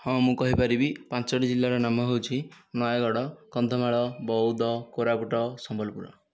ହଁ ମୁଁ କହିପାରିବି ପାଞ୍ଚୋଟି ଜିଲ୍ଲାର ନାମ ହେଉଛି ନୟାଗଡ଼ କନ୍ଧମାଳ ବୌଦ କୋରାପୁଟ ସମ୍ବଲପୁର